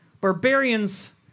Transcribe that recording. Barbarians